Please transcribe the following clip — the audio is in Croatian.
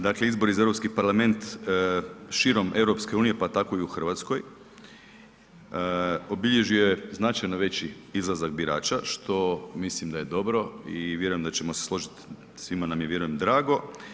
Dakle, izbori za Europski parlament širom EU pa tako i u Hrvatskoj obilježio je značajno veći izlazak birača što mislim da je dobro i vjerujem da ćemo se služiti, svima nam je vjerujem drago.